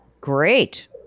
Great